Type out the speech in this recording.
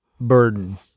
burden